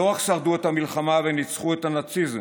לא רק שרדו במלחמה וניצחו את הנאציזם,